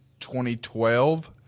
2012